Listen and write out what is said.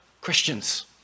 Christians